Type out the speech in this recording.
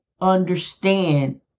understand